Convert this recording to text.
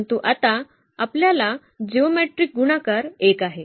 परंतु आता आपल्याला जिओमेट्रीक गुणाकार 1 आहे